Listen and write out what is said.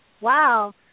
wow